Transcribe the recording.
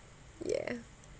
yeah